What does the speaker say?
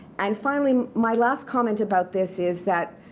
and finally, my last comment about this is that,